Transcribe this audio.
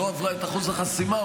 שלא עברה את אחוז החסימה,